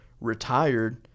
retired